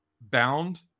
bound